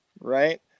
right